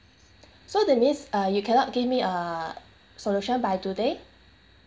so that means uh you cannot give me a solution by today